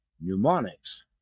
mnemonics